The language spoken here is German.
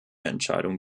entscheidung